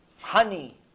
honey